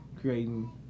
creating